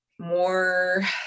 more